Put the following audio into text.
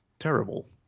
terrible